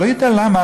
אני לא יודע למה,